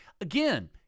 Again